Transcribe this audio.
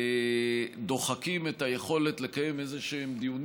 דוחקים את היכולת לקיים איזשהם דיונים